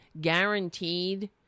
guaranteed